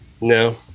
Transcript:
No